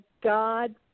God